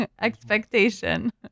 expectation